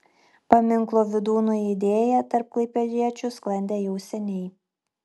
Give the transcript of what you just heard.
paminklo vydūnui idėja tarp klaipėdiečių sklandė jau seniai